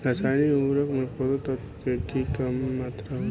रसायनिक उर्वरक में पोषक तत्व के की मात्रा होला?